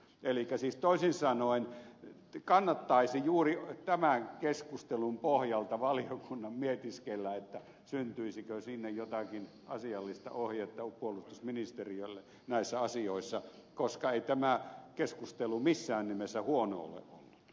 elikkä siis toisin sanoen kannattaisi juuri tämän keskustelun pohjalta valiokunnan mietiskellä syntyisikö sinne puolustusministeriölle jotakin asiallista ohjetta näissä asioissa koska ei tämä keskustelu missään nimessä huono ole ollut